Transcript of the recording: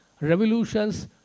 revolutions